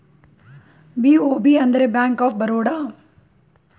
BOB ಅಂದರೆ bank of Baroda